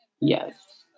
Yes